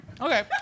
Okay